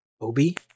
Obi